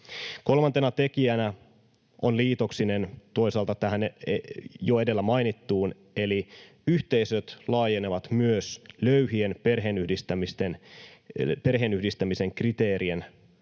Kolmas tekijä on liitoksinen toisaalta tähän jo edellä mainittuun, eli yhteisöt laajenevat myös löyhien perheenyhdistämisen kriteerien